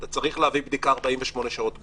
אתה צריך להעביר בדיקה 48 שעות קודם.